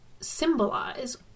symbolize